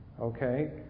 okay